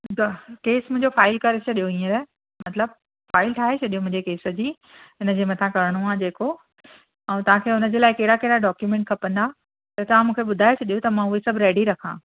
ठीकु आहे केस मुंहिंजो फाइल करे छॾियो हींअर मतलबु फाइल ठाहे छॾियो मुंहिंजे केस जी हिनजे मथां करणो आहे जेको ऐं तव्हांखे हुनजे लाइ कहिड़ा कहिड़ा डॉक्यूंमेंट खपंदा त तव्हां मूंखे बुधाए छॾियो त मां उहे सभु रेडी रखां